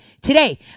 Today